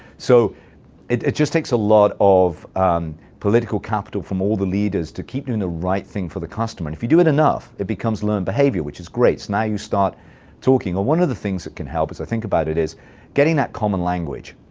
so it it just takes a lot of political capital from all the leaders to keep doing the right thing for the customer. if you do it enough, it becomes learned behavior, which is great. now you start talking. one of the things that can help, as i think about it, is getting that common language.